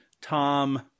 Tom